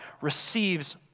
receives